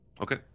Okay